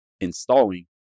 installing